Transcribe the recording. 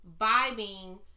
vibing